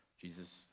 Jesus